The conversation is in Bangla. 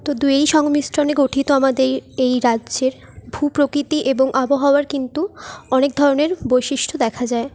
তো দুয়েই সংমিশ্রণে গঠিত আমাদের এই রাজ্যের ভূপ্রকৃতি এবং আবহাওয়ার কিন্তু অনেক ধরণের বৈশিষ্ট্য দেখা যায়